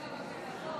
עכשיו אנחנו עוברים